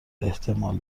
احتمال